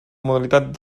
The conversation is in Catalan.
modalitat